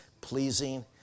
pleasing